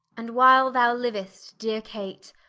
and while thou liu'st, deare kate,